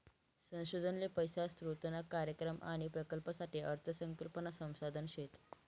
संशोधन ले पैसा स्रोतना कार्यक्रम आणि प्रकल्पसाठे अर्थ संकल्पना संसाधन शेत